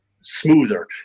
smoother